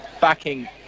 backing